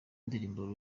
ndirimbo